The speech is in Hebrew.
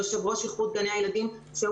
יושב-ראש איחוד גני הילדים שהוא